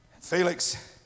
Felix